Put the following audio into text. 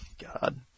God